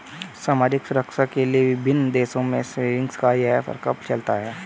सामाजिक सुरक्षा के लिए विभिन्न देशों में सेविंग्स का यह प्रकल्प चलता है